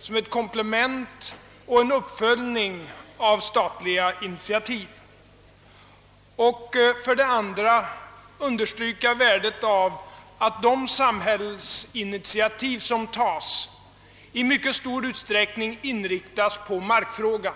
som ett komplement till och en uppföljning av statliga initiativ. Vidare vill jag understryka värdet av att de samhällsinitiativ som tas i mycket stor utsträckning inriktas på markfrågan.